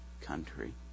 country